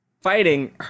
fighting